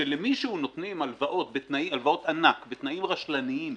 כשלמישהו נותנים הלוואות ענק בתנאים רשלניים,